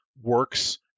works